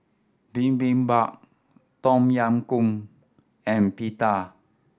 Bibimbap Tom Yam Goong and Pita